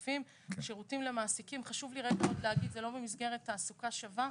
שירותים למעסיקים זה לא במסגרת תעסוקה שווה.